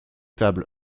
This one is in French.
table